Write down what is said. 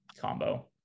combo